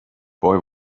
boy